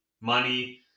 money